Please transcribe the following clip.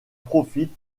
profite